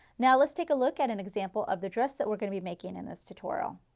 now let's take a look at an example of the dress that we are going to be making in this tutorial.